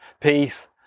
peace